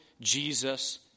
Jesus